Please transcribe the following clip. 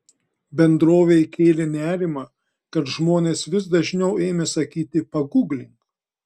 bendrovei kėlė nerimą kad žmonės vis dažniau ėmė sakyti paguglink